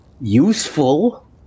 Useful